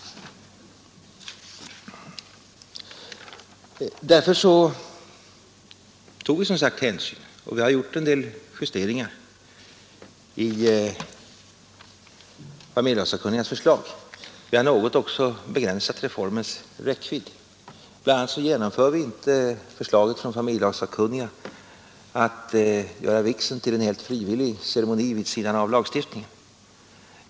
Därför tog vi som sagt hänsyn, och vi har gjort en del justeringar i familjelagssakkunnigas förslag. Vi har också något begränsat reformens räckvidd. Bl. a. genomför vi inte förslaget från familjelagssakkunniga att göra vigseln till en helt frivillig ceremoni vid sidan av lagstiftningen.